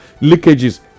leakages